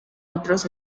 otros